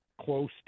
close